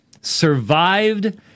survived